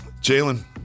Jalen